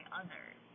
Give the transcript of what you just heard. others